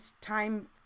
time